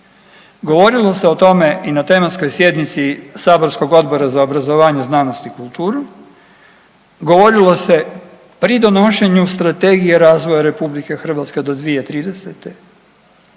Govorilo se o tome i na tematskoj sjednici saborskog Odbora za obrazovanje, znanost i kulturu, govorilo se pri donošenju Strategije razvoja RH do 2030.